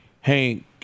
Hank